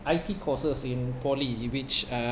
I_T courses in poly which